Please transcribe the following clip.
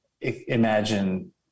imagine